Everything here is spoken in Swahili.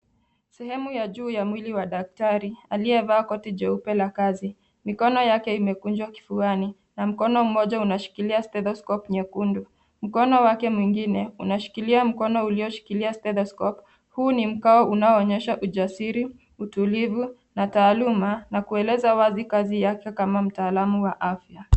Sehemu ya juu ya mwili wa daktari aliyevaa koti jeupe la kazi. Mikono yake imekunjwa kifuani na mkono mmoja unashikilia stethoscope nyekundu. Mkono wake mwingine unashikilia mkono ulioshikilia stethoscop . Huu ni mkao unaoonyesha ujasiri, utulivu na taaluma, na kueleza wazi kazi yake kama mtaalamu wa afya.